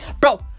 Bro